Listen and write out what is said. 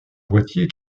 boitier